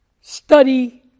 study